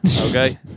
Okay